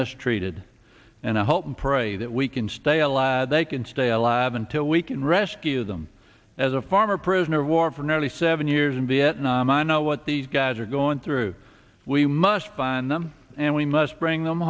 mistreated and i hope and pray that we can stay alive they can stay alive until we can rescue them as a former prisoner of war for nearly seven years in vietnam and what these guys are going through we must find them and we must bring them